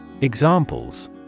Examples